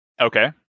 Okay